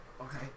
okay